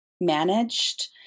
managed